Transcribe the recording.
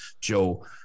joe